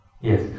Yes